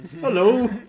Hello